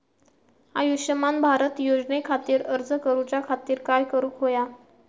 आयुष्यमान भारत योजने खातिर अर्ज करूच्या खातिर काय करुक होया?